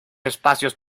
espacios